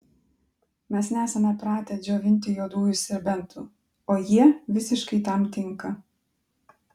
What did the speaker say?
mes nesame pratę džiovinti juodųjų serbentų o jie visiškai tam tinka